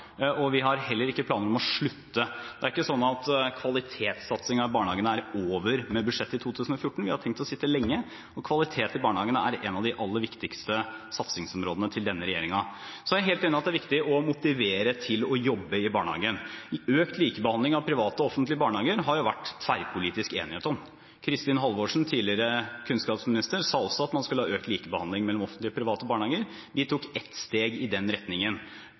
Og vi har heller ikke planer om å slutte. Det er ikke sånn at kvalitetssatsingen i barnehagene er over med budsjettet i 2014 – vi har tenkt å sitte lenge. Kvalitet i barnehagene er et av de viktigste satsingsområdene til denne regjeringen. Så er jeg helt enig i at det er viktig å motivere flere til å jobbe i barnehagene. Økt likebehandling mellom private og offentlige barnehager har det vært tverrpolitisk enighet om. Kristin Halvorsen, tidligere kunnskapsminister, sa også at man skulle ha økt likebehandling mellom offentlige og private barnehager. De tok ett steg i den retningen.